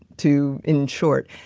too. in short,